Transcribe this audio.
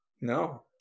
No